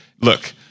look